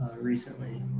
Recently